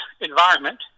environment